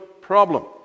problem